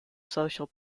social